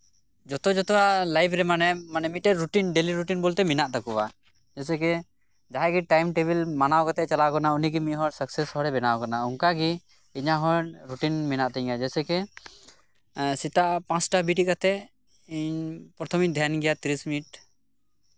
ᱡᱚᱛᱚᱼᱡᱚᱛᱚᱣᱟᱜ life ᱨᱮ ᱢᱟᱱᱮ ᱢᱤᱫᱴᱮᱱ ᱰᱮᱞᱤ ᱨᱩᱴᱤᱱ ᱵᱚᱞᱛᱮ ᱢᱮᱱᱟᱜ ᱛᱟᱠᱚᱣᱟ ᱡᱮᱭᱥᱮ ᱠᱮ ᱡᱟᱦᱟᱸᱭ ᱜᱮ ᱴᱟᱭᱤᱢᱼᱴᱮᱵᱤᱞ ᱢᱟᱱᱟᱣ ᱠᱟᱛᱮᱭ ᱪᱟᱞᱟᱜ ᱟᱠᱟᱱᱟ ᱩᱱᱤ ᱜᱮ ᱢᱤᱫ ᱦᱚᱲ ᱥᱟᱠᱥᱮᱥ ᱦᱚᱲᱮ ᱵᱮᱱᱟᱣ ᱟᱠᱟᱱᱟ ᱚᱱᱠᱟ ᱜᱮ ᱤᱧᱟᱹᱜ ᱦᱚᱸ ᱨᱩᱴᱤᱱ ᱢᱮᱱᱟᱜ ᱛᱤᱧᱟ ᱡᱮᱭᱥᱮ ᱠᱮ ᱮᱸᱜ ᱥᱮᱛᱟᱜ ᱯᱟᱸᱥᱴᱟ ᱵᱮᱨᱮᱫ ᱠᱟᱛᱮᱫ ᱤᱧ ᱯᱨᱚᱛᱷᱚᱢᱤᱧ ᱫᱷᱮᱭᱟᱱ ᱜᱮᱭᱟ ᱛᱤᱨᱤᱥ ᱢᱤᱱᱤᱴ